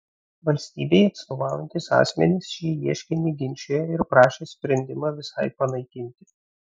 valstybei atstovaujantys asmenys šį ieškinį ginčijo ir prašė sprendimą visai panaikinti